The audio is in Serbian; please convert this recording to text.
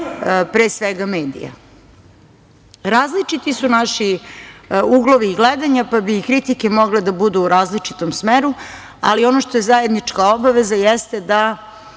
pre svega, medija. Različiti su naši uglovi gledanja, pa bi i kritike mogle da budu u različitom smeru, ali ono što je zajednička obaveza jeste da